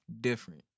different